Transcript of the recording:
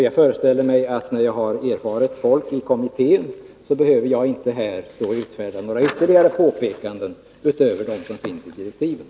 Jag föreställer mig att jag — när jag har erfaret folk i kommittén — inte här behöver göra några ytterligare påpekanden utöver dem som finns i direktiven.